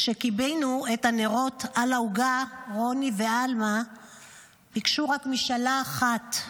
כשכיבינו את הנרות על העוגה רוני ועלמא ביקשו רק משאלה אחת,